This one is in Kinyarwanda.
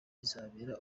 izabera